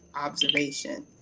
observation